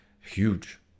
huge